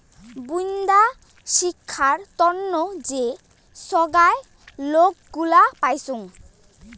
বুন্দা শিক্ষার তন্ন যে সোগায় লোন গুলা পাইচুঙ